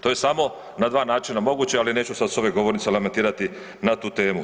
To je samo na dva načina moguće, ali neću sad s ove govornice lamentirati na tu temu.